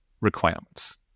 requirements